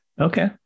Okay